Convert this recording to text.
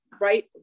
right